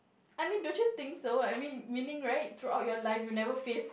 I mean don't you think so I mean meaning like throughout your life you never face